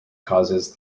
causes